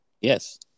Yes